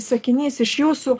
sakinys iš jūsų